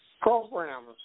programs